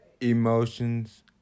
emotions